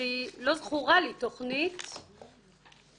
לא זכורה לי תכנית כתובה,